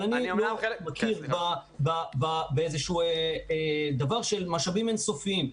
אבל אני מכיר בדבר של משאבים אינסופיים.